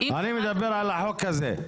אני מדבר על החוק הזה.